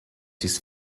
dies